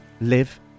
live